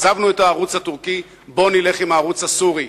עזבנו את הערוץ הטורקי, בואו נלך על הערוץ הסורי.